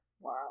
Wow